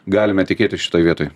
galime tikėtis šitoj vietoj